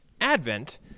Advent